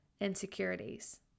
insecurities